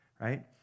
right